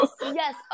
yes